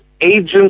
agents